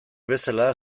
bezala